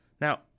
Now